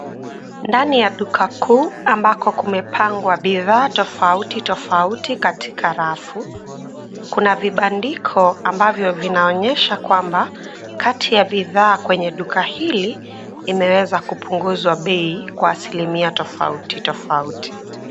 Ndani ya duka kuu ambako kumepangwa bidhaa tofauti tofauti katika rafu, kuna vibandiko ambavyo vinaonyesha kwamba kati ya bidhaa kwenye duka hili imeweza kupunguza bei kwa asilimia tofauti tofauti.